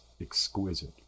exquisite